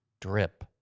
Drip